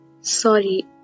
Sorry